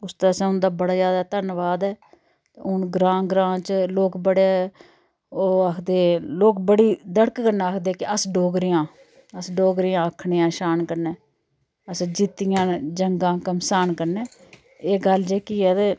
उसदे आस्तै उंदा बड़ा ज्यादा धन्नबाद ऐ ते हून ग्रांऽ ग्रांऽ च लोक बड़े ओह् आखदे लोक बड़ी धड़क कन्नै आखदे कि अस डोगरें आं अस डोगरें आं आखने आं शान कन्नै असें जित्तियां न जंगां घम्मसान कन्नै एह् गल्ल जेह्की ऐ ते